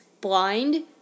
blind